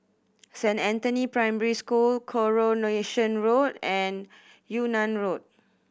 Saint Anthony Primary School Coronation Road and Yunnan Road